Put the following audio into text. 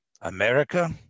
America